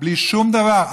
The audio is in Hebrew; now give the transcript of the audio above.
בלי שום דבר.